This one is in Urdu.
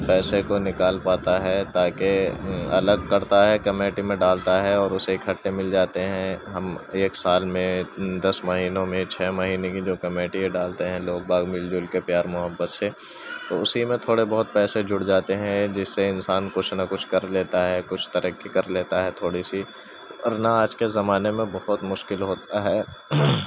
پیسے کو نکال پاتا ہے تاکہ الگ کرتا ہے کمیٹی میں ڈالتا ہے اور اسے اکٹھے مل جاتے ہیں ہم ایک سال میں دس مہینوں میں چھ مہینے کی جو کمیٹی میں ڈالتے ہیں لوگ باگ مل جل کے پیار محبت سے تو اسی میں تھوڑے بہت پیسے جڑ جاتے ہیں جس سے انسان کچھ نہ کچھ کر لیتا ہے کچھ ترقی کر لیتا ہے تھوڑی سی ورنہ آج کے زمانے میں بہت مشکل ہوتا ہے